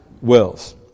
wills